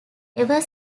ever